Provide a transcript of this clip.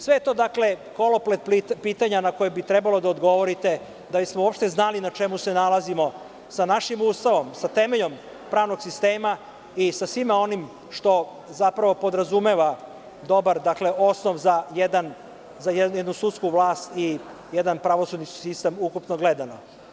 Sve je to koloplet pitanja na koja bi trebalo da odgovorite, da bismo uopšte znali na čemu se nalazimo sa našim Ustavom, sa temeljom pravnog sistema i sa svim onim što podrazumeva dobar osnov za jednu sudsku vlast i jedan pravosudni sistem, ukupno gledano.